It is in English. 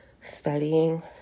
studying